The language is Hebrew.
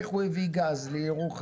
איך הוא הביא גז לירוחם.